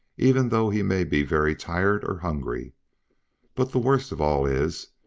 even though he may be very tired or hungry but the worst of all is,